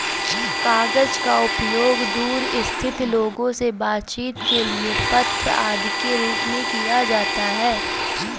कागज का उपयोग दूर स्थित लोगों से बातचीत के लिए पत्र आदि के रूप में किया जाता है